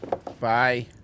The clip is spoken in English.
Bye